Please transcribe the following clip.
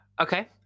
Okay